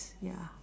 ya